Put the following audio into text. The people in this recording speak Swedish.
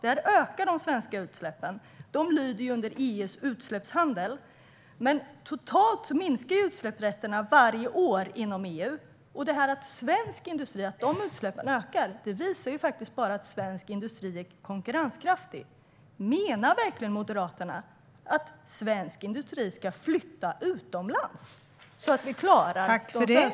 Den sektorn lyder under EU:s utsläppshandel. Totalt minskar dock utsläppsrätterna varje år inom EU, och att utsläppen ökar inom svensk industri visar ju bara att svensk industri är konkurrenskraftig. Menar verkligen Moderaterna att svensk industri ska flytta utomlands så att vi klarar de svenska utsläppen?